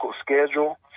schedule